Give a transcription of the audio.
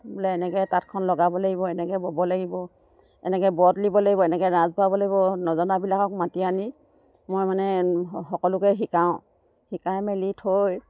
বোলে এনেকৈ তাঁতখন লগাব লাগিব এনেকৈ বব লাগিব এনেকৈ বৰ তুলিব লাগিব এনেকৈ ৰাঁচ ভৰাব লাগিব নজনাবিলাকক মাতি আনি মই মানে সকলোকে শিকাওঁ শিকাই মেলি থৈ